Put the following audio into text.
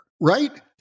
right